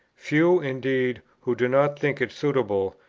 few, indeed, who do not think it suitable,